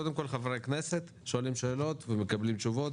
קודם כול חברי הכנסת שואלים שאלות ומקבלים תשובות.